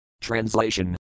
Translation